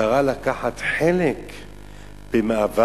קרא לקחת חלק במאבק